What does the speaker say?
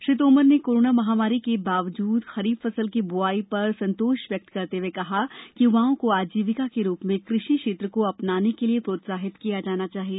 श्री तोमर ने कोरोना महामारी के बावजूद खरीफ फसल की बुआई पर संतोष व्यक्त करते हुए कहा कि युवाओं को आजीविका के रूप में कृषि क्षेत्र को अपनाने के लिये प्रोत्साहित किया जाना चाहिए